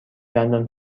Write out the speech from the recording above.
دندان